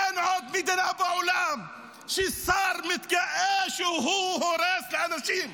אין עוד מדינה בעולם ששר בה מתגאה שהוא הורס לאנשים.